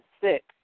six